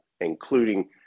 including